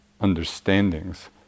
understandings